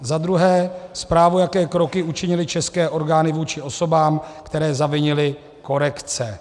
za druhé zprávu, jaké kroky učinily české orgány vůči osobám, které zavinily korekce.